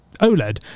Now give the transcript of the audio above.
oled